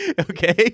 okay